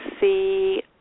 see –